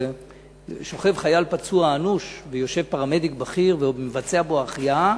שוכב חייל פצוע אנוש ויושב פרמדיק בכיר ומבצע בו החייאה,